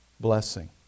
blessing